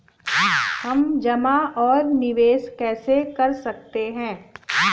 हम जमा और निवेश कैसे कर सकते हैं?